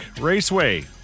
Raceway